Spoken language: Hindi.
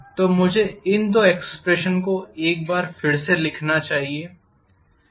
तो मुझे इन दो एक्सप्रेशन को एक बार फिर से लिखना चाहिए